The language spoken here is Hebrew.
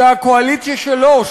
שהקואליציה שלו,